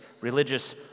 religious